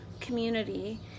community